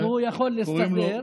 והוא יכול להסתדר.